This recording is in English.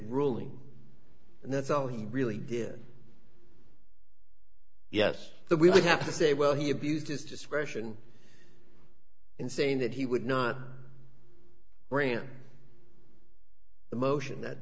ruling and that's all he really did yes we would have to say well he abused his discretion in saying that he would not grant the motion that